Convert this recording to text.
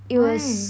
why